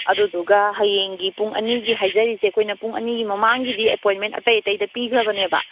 ꯑꯗꯨꯗꯨꯒ ꯍꯌꯦꯡꯒꯤ ꯄꯨꯡ ꯑꯅꯤꯒꯤ ꯍꯥꯏꯖꯔꯤꯁꯦ ꯑꯩꯈꯣꯏꯅ ꯄꯨꯡ ꯑꯅꯤꯒꯤ ꯃꯃꯥꯡꯒꯤꯗꯤ ꯑꯦꯄꯣꯏꯟꯃꯦꯟ ꯑꯇꯩ ꯑꯇꯩꯗ ꯄꯤꯈ꯭ꯔꯕꯅꯦꯕ